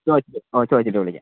ചോദിച്ചു ഓ ചോദിച്ചിട്ട് വിളിക്കാം